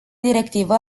directivă